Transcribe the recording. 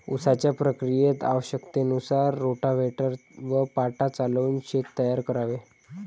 उसाच्या प्रक्रियेत आवश्यकतेनुसार रोटाव्हेटर व पाटा चालवून शेत तयार करावे